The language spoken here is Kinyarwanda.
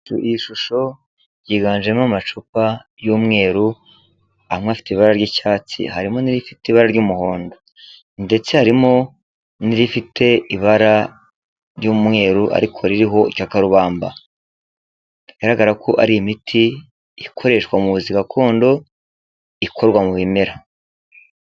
Iyi shusho yiganjemo amacupa y'umweru amwe afite ibara ry'icyatsi harimo n'ifite ibara ry'umuhondo, ndetse haririmo n'irifite ibara ry'umweru ariko ririho igikakarubamba. Bigaragara ko ari imiti ikoreshwa mubuvuzi gakondo, ikorwa mu bimera.